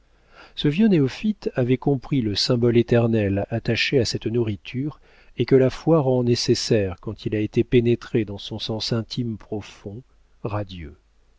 ce vieux néophyte avait compris le symbole éternel attaché à cette nourriture et que la foi rend nécessaire quand il a été pénétré dans son sens intime profond radieux